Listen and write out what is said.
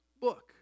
book